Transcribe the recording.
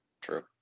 True